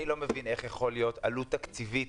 אני לא מבין איך יכולה להיות עלות תקציבית